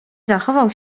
zachował